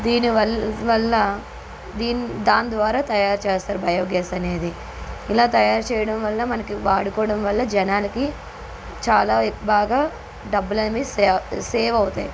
దీని వల్ వల్ల దీన్ దాని ద్వారా తయారు చేస్తారు బయోగ్యాస్ అనేది ఇలా తయారు చేయడం వల్ల మనకి వాడుకోవడం వల్ల జనాలకి చాలా బాగా డబ్బులన్నీ సేవ్ అవుతాయి